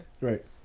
right